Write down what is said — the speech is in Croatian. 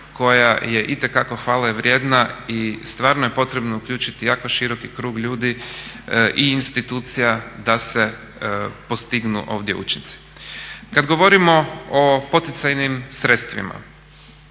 koja je itekako hvale vrijedna i stvarno je potrebno uključiti jako široki krug ljudi i institucija da se postignu ovdje učinci. Kad govorimo o poticajnim sredstvima,